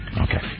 Okay